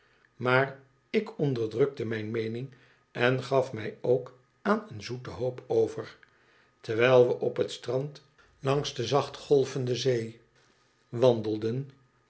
maar ik onderdrukte mijne meening en gaf mij ook aan een zoete hoop over terwijl we op het strand langs de zacht golvende zee wandelden